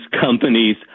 companies